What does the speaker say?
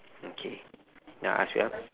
okay now I ask you ah